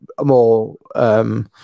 more